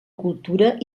cultura